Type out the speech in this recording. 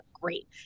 great